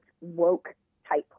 woke-type